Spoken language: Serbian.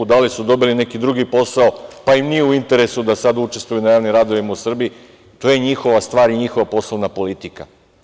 Da li su dobili neki drugi posao pa im nije u interesu da sada učestvuju na javnim radovima u Srbiji, to je njihova stvar i njihova poslovna politika.